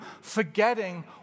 forgetting